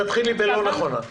תתחילי בהצעת החוק לא נכונה.